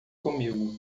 comigo